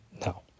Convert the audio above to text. no